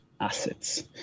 assets